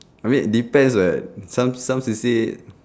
I mean depends leh some some to say